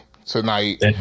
tonight